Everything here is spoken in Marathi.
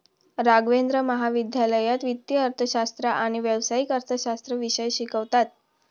राघवेंद्र महाविद्यालयात वित्तीय अर्थशास्त्र आणि व्यावसायिक अर्थशास्त्र विषय शिकवतात